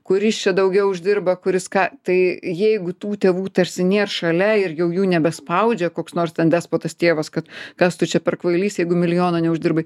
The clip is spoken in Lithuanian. kuris čia daugiau uždirba kuris ką tai jeigu tų tėvų tarsi nėr šalia ir jau jų nebespaudžia koks nors despotas tėvas kad kas tu čia per kvailys jeigu milijono neuždirbai